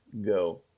go